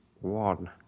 one